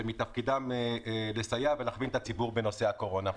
שתפקידם לסייע ולהכין את הציבור בנושא הקורונה.